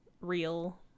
real